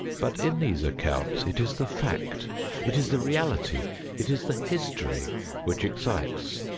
but in these accounts it is the fact it is the reality it is the history which excites.